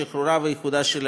שחרורה ואיחודה של העיר,